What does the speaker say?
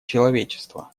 человечества